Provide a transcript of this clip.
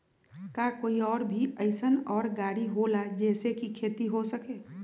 का कोई और भी अइसन और गाड़ी होला जे से खेती हो सके?